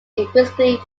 increasingly